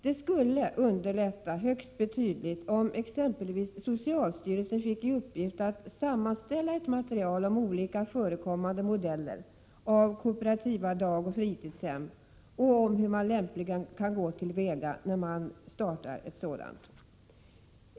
Det skulle underlätta högst betydligt om exempelvis socialstyrelsen fick till uppgift att sammanställa ett material om olika förekommande modeller av kooperativa dagoch fritidshem samt hur man lämpligen kan gå till väga när man startar ett sådant.